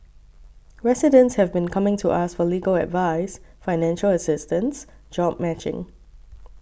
residents have been coming to us for legal advice financial assistance job matching